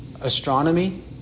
astronomy